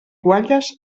guatlles